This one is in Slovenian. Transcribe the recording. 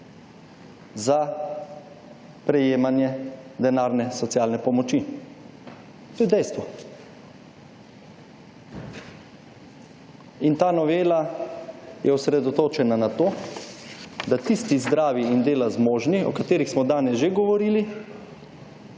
za prejemanje denarne socialne pomoči. To je dejstvo. In ta novela je osredotočena na to, da tisti zdravi in dela zmožni o katerih smo danes že govorili,